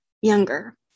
younger